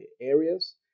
areas